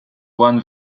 won